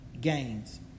gains